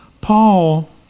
Paul